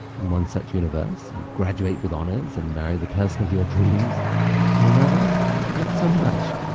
in one such universe, you'd graduate with honors and marry the person of your dreams, and in another, not so much.